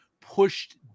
pushed